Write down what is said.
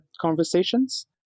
conversations